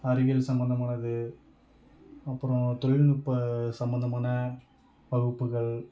அறிவியல் சம்மந்தமானது அப்பறம் தொழில்நுட்ப சம்மந்தமான வகுப்புகள்